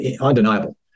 undeniable